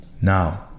Now